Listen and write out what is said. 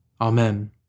Amen